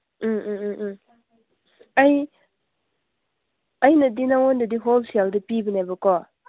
ꯎꯝ ꯎꯝ ꯎꯝ ꯎꯝ ꯑꯩ ꯑꯩꯅꯗꯤ ꯅꯉꯣꯟꯗꯗꯤ ꯍꯣꯜꯁꯦꯜꯗ ꯄꯤꯕꯅꯦꯕꯀꯣ